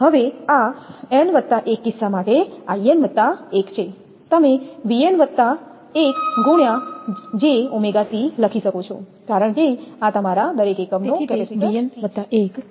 હવે આ 𝑛 1 કિસ્સા માટે 𝐼𝑛 1 છે તમે 𝑉𝑛1×𝑗𝜔𝑐 લખી શકો છો કારણ કે આ તમારા દરેક એકમનો કેપેસિટર c છે